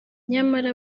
nyamara